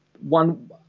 one